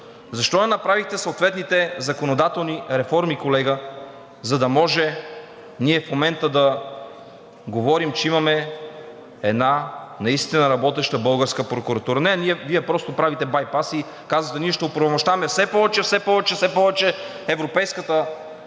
защо не направихте съответните законодателни реформи, колега, за да може ние в момента да говорим, че имаме една наистина работеща българска прокуратура? Не, Вие просто правите байпаси. Казвате: ние ще оправомощаваме все повече, все повече, все повече Европейската прокуратура,